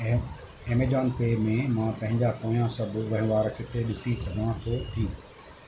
एमे Amazon Pay में मां पंहिंजा पोयां सभु वहिंवार किथे ॾिसी सघां थो